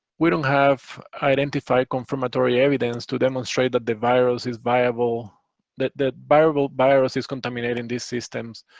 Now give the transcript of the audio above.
we don't have identified confirmatory evidence to demonstrate that the virus is viable that that viable virus is contaminating these systems.